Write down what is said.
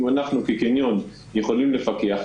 אם אנחנו כקניון יכולים לפקח,